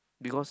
because